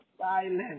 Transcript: silent